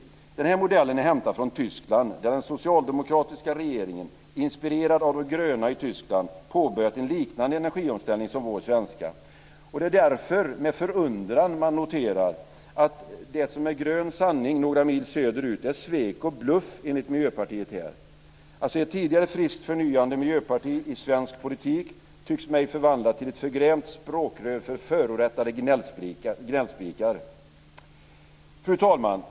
Den modellen är hämtad från Tyskland, där den socialdemokratiska regeringen, inspirerad av de gröna i Tyskland, påbörjat en liknande energiomställning som vår svenska. Det är därför med förundran man noterar att det som är grön sanning några mil söderut är svek och bluff enligt Miljöpartiet här. Ett tidigare friskt och förnyande miljöparti i svensk politik tycks mig förvandlat till ett förgrämt språkrör för förorättade gnällspikar. Fru talman!